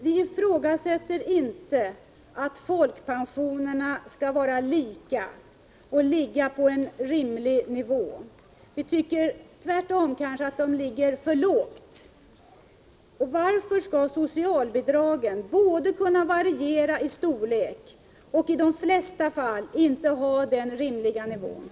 Vi ifrågasätter inte att folkpensionerna skall vara lika och ligga på en rimlig nivå. Vi anser tvärtom att de kanske ligger för lågt. Varför skall socialbidrag kunna variera i storlek och i de flesta fall inte ha en tillräcklig nivå?